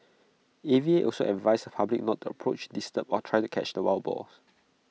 A V A also advised the public not to approach disturb or try to catch the wild boars